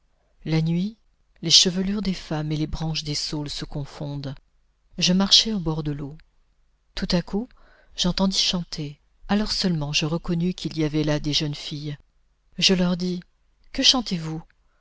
la nuit les chevelures des femmes et les branches des saules se confondent je marchais au bord de l'eau tout à coup j'entendis chanter alors seulement je reconnus qu'il y avait là des jeunes filles je leur dis que chantez-vous